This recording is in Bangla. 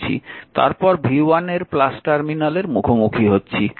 তারপর v1 এর টার্মিনালের মুখোমুখি হচ্ছি